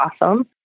awesome